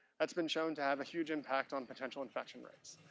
that's been shown to have a huge impact on potential infection rates.